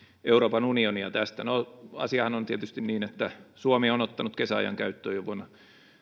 euroopan unionia tästä no asiahan on tietysti niin että suomi on ottanut kesäajan käyttöön jo vuonna